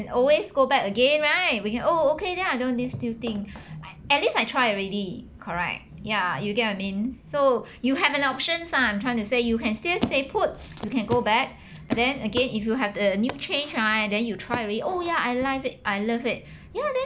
always go back again right we can oh okay then I know this new thing I at least I try already correct ya you get what I mean so you have an options ah I'm trying to say you can still stay put you can go back then again if you have a new change ah and then you try already oh ya I like it I love it ya then